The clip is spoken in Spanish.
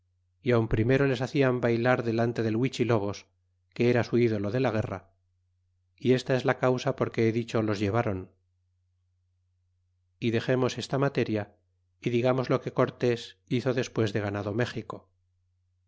y aun primero les hacían baylar delante del huichilobos que era su dolo de la guerra y esta es la causa porque he dicho los lteváron y dexemos esta materia y digamos lo que cortés hizo despues de ganado méxico